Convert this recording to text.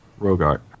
Rogart